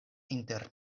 inter